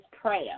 prayer